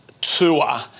tour